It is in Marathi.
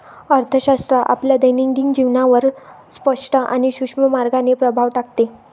अर्थशास्त्र आपल्या दैनंदिन जीवनावर स्पष्ट आणि सूक्ष्म मार्गाने प्रभाव टाकते